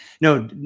No